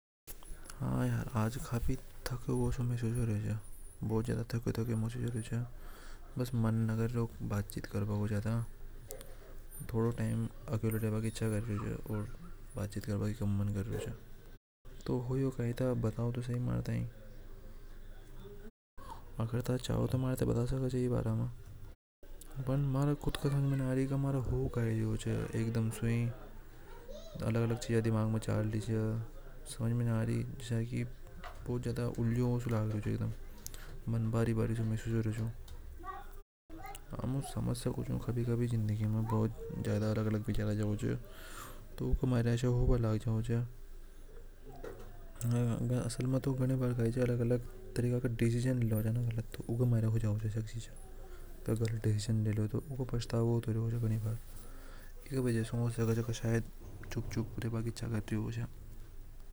इनहा यार आज काफी तकियों ह्यूगो से महसूस हीरो च बस मन न कार्यों बात चित करना बो ज्यादा। थोड़ो टाइम अकेला रेबा की इच्छा कर रि च ओर बात चित करना मन नि के रायो कई था बताओ मारा देता चाव तो बता सके मारा ए पर म्हारे कूद के समझ नि आ रि कि म्हारे साथ कई हो रियो दम से अलग अलग चीजा मारे दिमाग में चल री। समझ में नि आरी के। जस्या की बहुत ज्यादा उलझा हुआ सा लग रियो। मन भरी बारी सु महसूस हो रियो चूसमझ सकू चू जिंदगी में बहुत अलग अलग विचार आ जावे च। तो ऊके मारी आशय होना लग जावे नरी बार तो घना सारा डिसिजन लेब की वजह से हो जावे च आशय की चीजा ऊके मारी पछतावो होवे ई वजह से हो सके चुप चुप रेबा की इच्छा कर रि च।